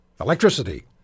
Electricity